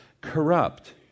corrupt